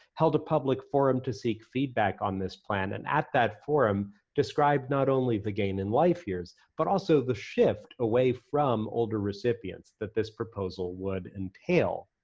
held a public forum to seek feedback on this plan, and at that forum described not only the gain in life year, but also the shift away from older recipients that this proposal would entail.